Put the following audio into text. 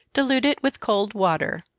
dilute it with cold water.